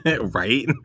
right